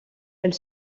elle